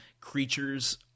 creature's